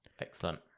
Excellent